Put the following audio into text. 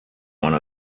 one